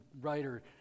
writer